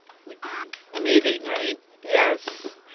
would be amazing, right? yes.